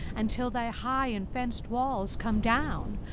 until thy high and fenced walls come down,